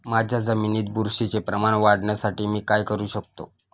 माझ्या जमिनीत बुरशीचे प्रमाण वाढवण्यासाठी मी काय करू शकतो?